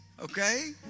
okay